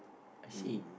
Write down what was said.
I see